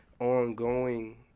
ongoing